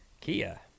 Kia